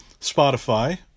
Spotify